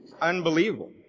Unbelievable